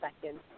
second